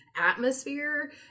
atmosphere